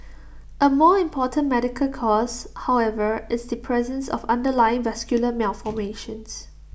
A more important medical cause however is the presence of underlying vascular malformations